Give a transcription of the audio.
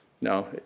No